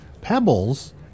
Pebbles